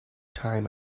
time